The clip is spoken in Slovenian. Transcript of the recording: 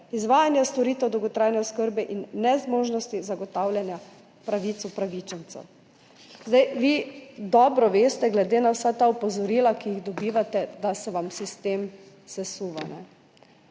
izvajanja storitev dolgotrajne oskrbe in nezmožnosti zagotavljanja pravic upravičencev. Vi dobro veste, glede na vsa ta opozorila, ki jih dobivate, da se vam sistem sesuva.